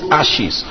ashes